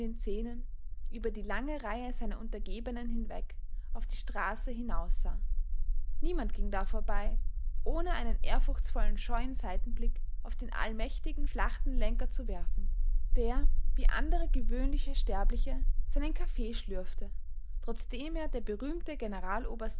zähnen über die lange reihe seiner untergebenen hinweg auf die straße hinaus sah niemand ging da vorbei ohne einen ehrfurchtsvoll scheuen seitenblick auf den allmächtigen schlachtenlenker zu werfen der wie andere gewöhnliche sterbliche seinen kaffee schlürfte trotzdem er der berühmte